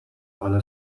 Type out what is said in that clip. حالا